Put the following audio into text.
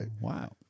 Wow